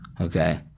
Okay